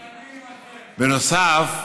בנוסף,